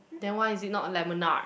then why is it not lemonade